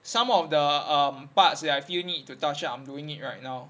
some of the um parts that I feel need to touch up I'm doing it right now